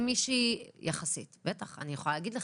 אני יכולה להגיד לך,